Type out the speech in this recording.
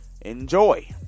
enjoy